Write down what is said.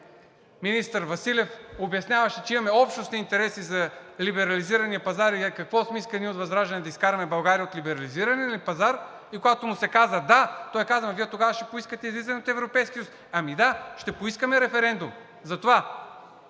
министър Василев обясняваше, че имаме общностни интереси за либерализирания пазар и какво сме искали ние от ВЪЗРАЖДАНЕ, да изкараме България от либерализирания ли пазар? И когато му се каза „да“, той каза: ама Вие тогава ще поискате излизане от Европейския съюз. Ами да, ще поискаме референдум. Затова